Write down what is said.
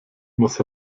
muss